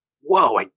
whoa